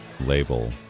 label